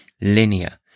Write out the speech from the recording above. linear